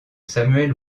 samuel